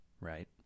right